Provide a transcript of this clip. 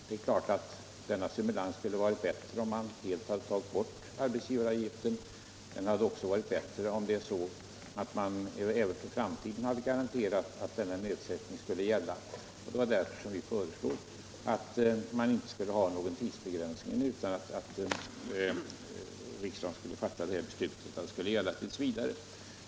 Det är klart att stimulansen skulle bli bättre om arbetsgivaravgiften helt togs bort. Den skulle också bli bättre om man även för framtiden kunde garantera denna nedsättning. Det var därför vi föreslog att riksdagen inte skulle tidsbegränsa nedsättningen utan att den skulle gälla t. v.